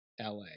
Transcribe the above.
LA